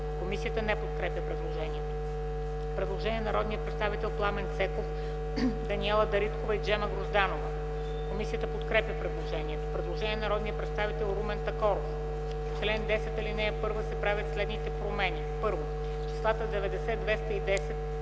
Комисията не подкрепя предложението. Предложение на народните представители Пламен Цеков, Даниела Дариткова и Джема Грозданова. Комисията подкрепя предложението. Предложение на народния представител Румен Такоров: „В чл. 10. ал.1 се правят следните промени: 1. Числата „90 210,0”